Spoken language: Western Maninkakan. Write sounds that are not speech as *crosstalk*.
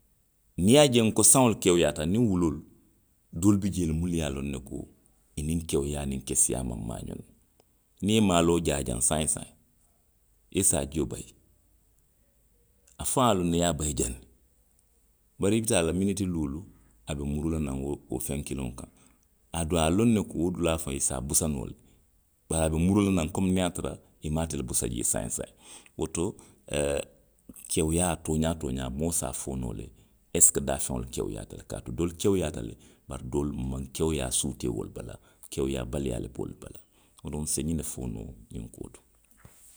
Niŋ i ye a je nko saŋo le kewuyaata aniŋ wuloolu. doolu bi jee minnu ye a loŋ ne ko, aniŋŋkewuyaa niŋ keseyaa maŋ maa ňoŋ na. Niŋ i ye maaloo jaa jaŋ saayiw saayiŋ. i ye saajio bayi. a faŋo ye a loŋ ne i ye a bayi jaŋ ne, bari bi taa la miniti luulu, a be muruu la naŋ wo, wo feŋ kiliwo kaŋ. Aduŋ a ye a loŋ ne ko wo dulaa faŋo i se a busa noo le. bari a be muruu la naŋ komiŋ niŋ a ye a tara i maŋ ate le busa jee saayiŋ saayiŋ. Woto, *hesitation* kewuyaa, tooňaa, tooňaa, moo se a fo noo le esiko daafeŋo kewuyaata le kaatu doolu kewuyaata le. Bari doolu, nmaŋ kewuyaa suutee wolu bala. kewuyaa baliyaa le be wolu bala. Donku nse ňiŋ ne fo noo xiŋ kuo to.